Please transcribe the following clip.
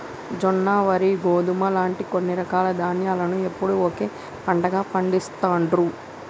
జొన్న, వరి, గోధుమ లాంటి కొన్ని రకాల ధాన్యాలను ఎప్పుడూ ఒకే పంటగా పండిస్తాండ్రు